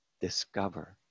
discover